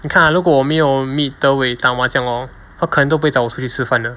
你看 ah 如果我没有 meet de wei 打麻将 hor 他可能都不会找我出去吃饭了